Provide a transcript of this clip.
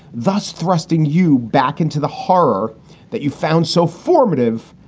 thus thrusting you back into the horror that you found so formative.